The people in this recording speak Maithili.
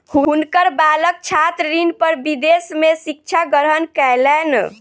हुनकर बालक छात्र ऋण पर विदेश में शिक्षा ग्रहण कयलैन